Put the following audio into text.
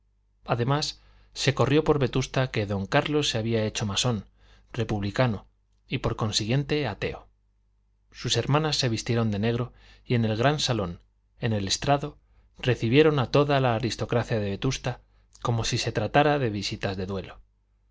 además se corrió por vetusta que don carlos se había hecho masón republicano y por consiguiente ateo sus hermanas se vistieron de negro y en el gran salón en el estrado recibieron a toda la aristocracia de vetusta como si se tratara de visitas de duelo